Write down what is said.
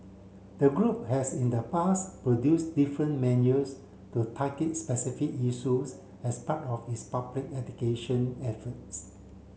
the group has in the past produced different manuals to target specific issues as part of its public education efforts